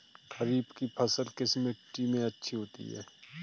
खरीफ की फसल किस मिट्टी में अच्छी होती है?